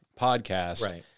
podcast